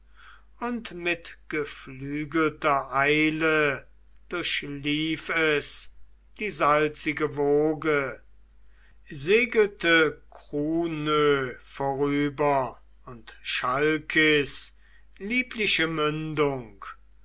und mit geflügelter eile durchlief es die salzige woge segelte krunö vorüber und chalkis liebliche mündung